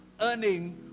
earning